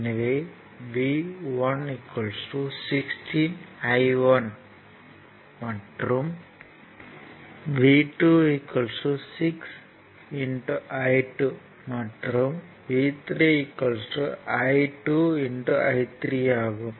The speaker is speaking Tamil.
எனவே V1 16 I1 மற்றும் V2 6 I2 மற்றும் V3 12 I3 ஆகும்